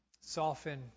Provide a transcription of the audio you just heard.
soften